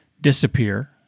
disappear